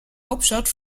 hauptstadt